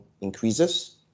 increases